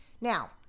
Now